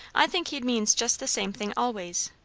i think he means just the same thing always.